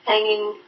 hanging